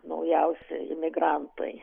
naujausi imigrantai